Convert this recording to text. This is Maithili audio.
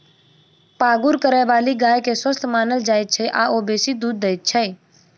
पागुर करयबाली गाय के स्वस्थ मानल जाइत छै आ ओ बेसी दूध दैत छै